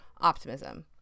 optimism